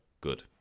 good